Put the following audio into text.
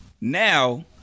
Now